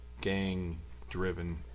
gang-driven